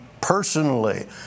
personally